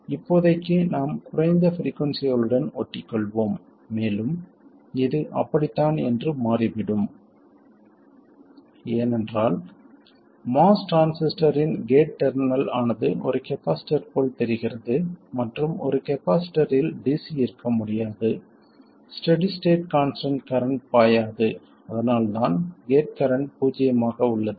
இப்போதைக்கு நாம் குறைந்த பிரிக்குயின்சிகளுடன் ஒட்டிக்கொள்வோம் மேலும் இது அப்படித்தான் என்று மாறிவிடும் ஏனென்றால் MOS டிரான்சிஸ்டரின் கேட் டெர்மினல் ஆனது ஒரு கப்பாசிட்டர் போல் தெரிகிறது மற்றும் ஒரு கப்பாசிட்டரில் டிசி இருக்க முடியாது ஸ்டெடி ஸ்டேட் கான்ஸ்டன்ட் கரண்ட் பாயாது அதனால்தான் கேட் கரண்ட் பூஜ்ஜியமாக உள்ளது